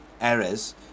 errors